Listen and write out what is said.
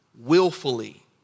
willfully